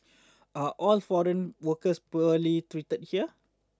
are all foreign workers poorly treated here